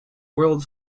world